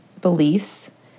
beliefs